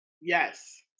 Yes